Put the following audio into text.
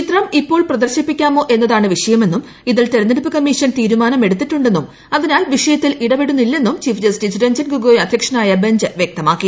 ചിത്രം ഇപ്പോൾ പ്രദർശിപ്പിക്കാമോ എന്നതാണ് വിഷയമെന്നും ഇതിൽ തെരഞ്ഞെടുപ്പ് കമ്മീഷൻ തീരുമാനം എടുത്തിട്ടുണ്ടെന്നും അതിനാൽ വിഷയത്തിൽ ഇടപെടുന്നില്ലെന്നും ചീഫ് ജസ്റ്റിസ് രഞ്ജൻ ഗൊഗോയ് അധ്യക്ഷനായ ബഞ്ച് വ്യക്തമാക്കി